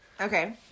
Okay